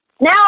now